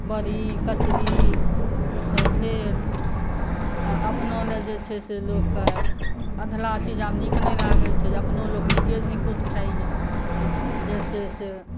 बड़ी कचरी ई सभ भेल आ अपना लए जे छै से लोककेँ अधलाह चीज आब नीक नहि लागै छै अपनो लोक नीके नुकुत खाइया जे छै से